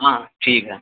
हाँ ठीक है